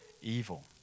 evil